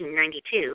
1992